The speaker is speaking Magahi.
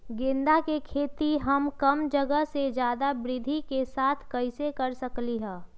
गेंदा के खेती हम कम जगह में ज्यादा वृद्धि के साथ कैसे कर सकली ह?